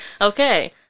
okay